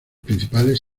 principales